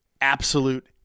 absolute